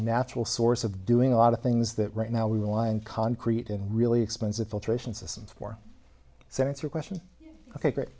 natural source of doing a lot of things that right now we wind concrete in really expensive filtration systems for sensor question ok great